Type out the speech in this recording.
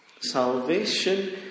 Salvation